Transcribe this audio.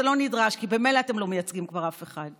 זה לא נדרש, כי ממילא אתם לא מייצגים כבר אף אחד.